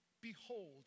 Behold